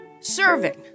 serving